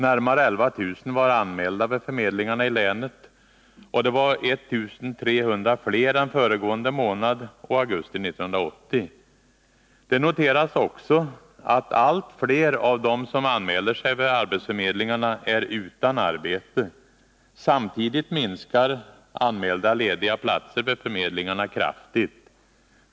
Närmare 11 000 var anmälda vid förmedlingarna i länet, och det var 1 300 fler än föregående månad och augusti 1980. Det noteras också att allt fler av dem som anmäler sig vid arbetsförmedlingarna är utan arbete. Samtidigt minskar anmälda lediga platser vid förmedlingarna kraftigt.